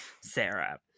sarah